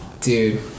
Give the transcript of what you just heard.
Dude